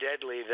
deadly